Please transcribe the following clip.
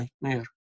nightmare